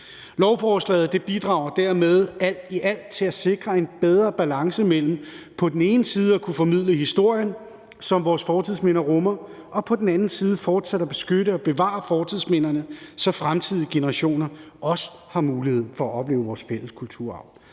Lovforslaget bidrager dermed alt i alt til at sikre en bedre balance mellem på den ene side at kunne formidle historien, som vores fortidsminder rummer, og på den anden side fortsat at beskytte og bevare fortidsminderne, så fremtidige generationer også har mulighed for at opleve vores fælles kulturarv.